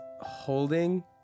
holding